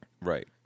right